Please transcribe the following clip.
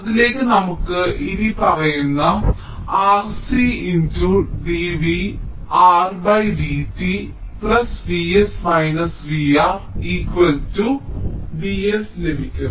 അതിലേക്ക് നമുക്ക് ഇനിപ്പറയുന്ന RC × dv R dt V s VR V s ലഭിക്കും